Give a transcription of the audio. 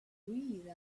breathe